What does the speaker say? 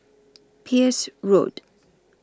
Peirce Road